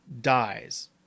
dies